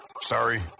Sorry